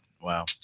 Wow